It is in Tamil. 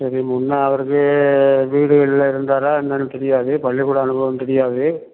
சரி முன்னே அவரது வீடு உள்ளே இருந்தாரா என்னான்னு தெரியாது பள்ளிக்கூடம் அனுபவம் தெரியாது